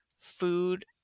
Food